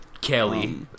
Kelly